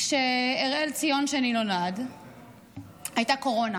כשאראל ציון שלי נולד הייתה קורונה